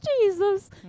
Jesus